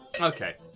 Okay